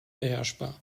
beherrschbar